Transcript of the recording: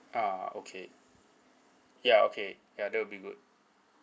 ah okay ya okay ya that will be good